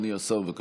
אדוני השר, בבקשה.